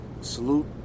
salute